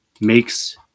makes